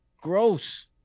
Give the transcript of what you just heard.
gross